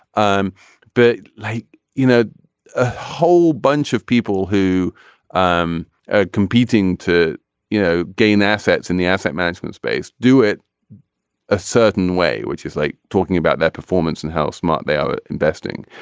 um but like you know a whole bunch of people who are um ah competing to you know gain assets in the asset management space do it a certain way which is like talking about that performance and how smart they are investing.